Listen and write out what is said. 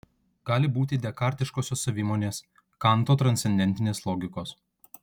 gali būti dekartiškosios savimonės kanto transcendentinės logikos